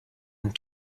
and